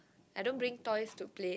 I don't bring toys to play